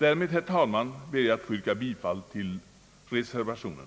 Därmed, herr talman, ber jag att få yrka bifall till reservationen.